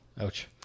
Ouch